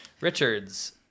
Richard's